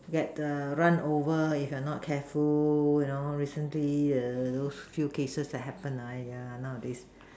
get err run over if you are not careful you know recently err those few cases that happen ah nowadays